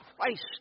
Christ